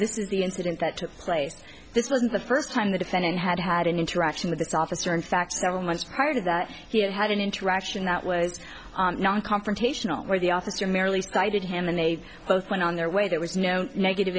this is the incident that took place this wasn't the first time the defendant had had an interaction with this officer in fact several months prior to that he had had an interaction that was non confrontational where the officer merely cited him and they both went on their way there was no negative